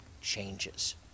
changes